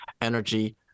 energy